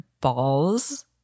balls